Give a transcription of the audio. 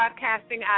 broadcasting